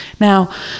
Now